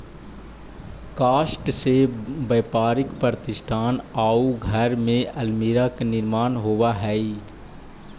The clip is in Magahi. काष्ठ से व्यापारिक प्रतिष्ठान आउ घर में अल्मीरा के निर्माण होवऽ हई